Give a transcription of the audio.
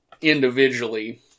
individually